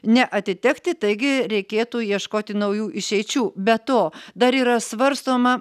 neatitekti taigi reikėtų ieškoti naujų išeičių be to dar yra svarstoma